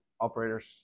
operators